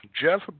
Jeff